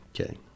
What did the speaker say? Okay